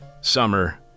summer